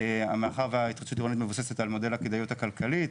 מאחר שההתחדשות העירונית מבוססת על מודל הכדאיות הכלכלית,